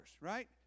right